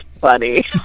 funny